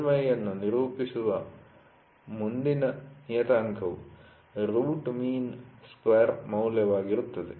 ಮೇಲ್ಮೈ ಅನ್ನು ನಿರೂಪಿಸುವ ಮುಂದಿನ ನಿಯತಾಂಕವು ರೂಟ್ ಮೀನ್ ಸ್ಕ್ವೇರ್ ಮೌಲ್ಯವಾಗಿರುತ್ತದೆ